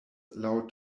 laŭ